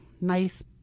nice